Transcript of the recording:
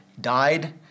died